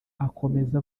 akomeza